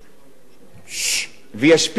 וישפילו גם את האמא,